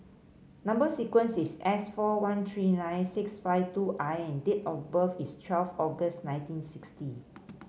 number sequence is S four one three nine six five two I and date of birth is twelve August nineteen sixty